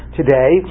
today